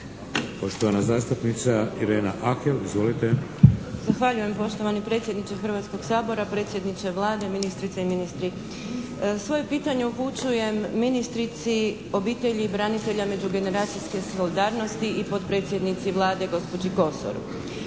Poštovana zastupnica Irena Ahel. Izvolite. **Ahel, Irena (HDZ)** Zahvaljujem poštovani predsjedniče Hrvatskog sabora, predsjedniče Vlade, ministrice i ministri. Svoje pitanje upućujem ministrici obitelji i branitelja i međugeneracijske solidarnosti i potpredsjednici Vlade gospođi Kosor.